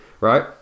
right